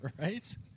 Right